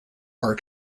are